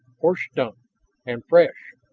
horse dung and fresh!